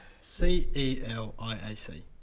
c-e-l-i-a-c